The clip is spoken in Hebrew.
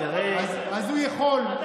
אז הוא יכול.